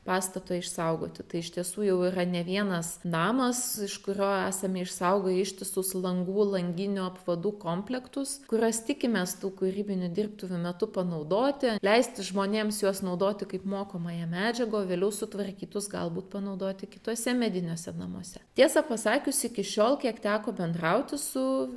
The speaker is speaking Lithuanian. pastato išsaugoti tai iš tiesų jau yra ne vienas namas iš kurio esame išsaugoję ištisus langų langinių apvadų komplektus kuriuos tikimės tų kūrybinių dirbtuvių metu panaudoti leisti žmonėms juos naudoti kaip mokomąją medžiagą o vėliau sutvarkytus galbūt panaudoti kituose mediniuose namuose tiesą pasakius iki šiol kiek teko bendrauti su